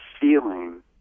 feeling